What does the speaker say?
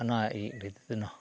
ꯑꯅꯥ ꯑꯌꯦꯛ ꯂꯩꯇꯗꯅ